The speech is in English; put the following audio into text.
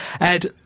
Ed